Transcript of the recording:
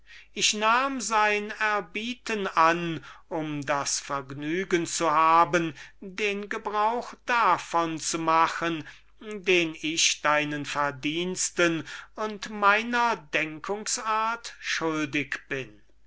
ich nahm sein erbieten an um das vergnügen zu haben den gebrauch davon zu machen den ich deinen verdiensten und meiner denkungsart schuldig bin